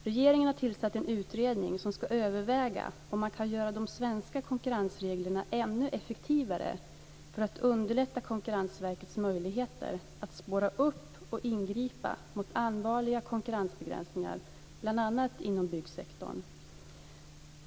Regeringen har tillsatt en utredning som ska överväga om man kan göra de svenska konkurrensreglerna ännu effektivare för att underlätta Konkurrensverkets möjligheter att spåra upp och ingripa mot allvarliga konkurrensbegränsningar bl.a. inom byggsektorn.